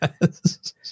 Yes